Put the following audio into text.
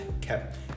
kept